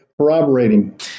corroborating